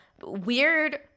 weird